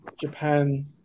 Japan